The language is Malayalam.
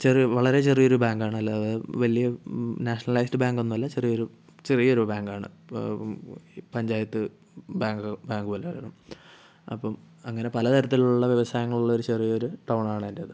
ചെറിയ വളരെ ചെറിയൊരു ബാങ്കാണല്ലോ അത് വലിയ നാഷണലൈസ്ഡ് ബാങ്ക് ഒന്നും അല്ല ചെറിയൊരു ചെറിയൊരു ബാങ്കാണ് പ പഞ്ചായത്ത് ബാങ്ക് ബാങ്ക് പോലെ അപ്പം അങ്ങനെ പല തരത്തിലുള്ള വ്യവസായങ്ങൾ ഉള്ളൊരു ചെറിയൊരു ടൗൺ ആണ് എൻറ്റേത്